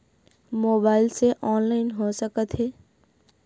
Mobile से online हो सकत हे?